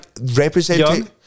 representing